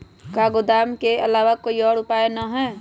का गोदाम के आलावा कोई और उपाय न ह?